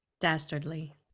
Dastardly